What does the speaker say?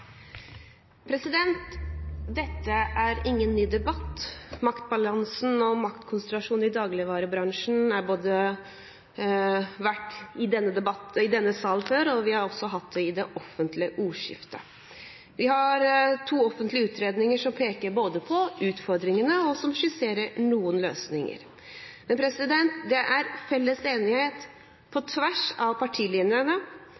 ingen ny debatt. Maktbalansen og maktkonsentrasjonen i dagligvarebransjen har vært debattert i denne sal før, og også i det offentlige ordskiftet. Vi har fått to offentlige utredninger som både peker på utfordringene og skisserer noen løsninger. Det er felles enighet på tvers av partilinjene